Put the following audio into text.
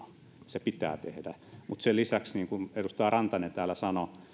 se pitää tehdä mutta sen lisäksi niin kuin edustaja rantanen täällä sanoi